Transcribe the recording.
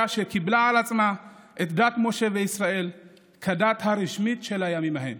שקיבלה על עצמה את דת משה וישראל כדת הרשמית של הימים ההם,